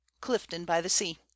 Clifton-by-the-Sea